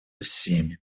всеми